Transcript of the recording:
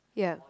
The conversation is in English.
yeap